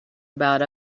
about